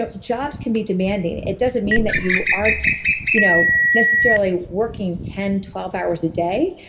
ah jobs can be demanding. it doesn't mean that you aren't you know necessarily working ten, twelve hours a day,